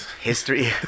history